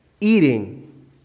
eating